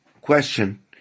question